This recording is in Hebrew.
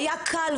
היה קל,